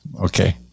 Okay